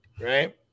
Right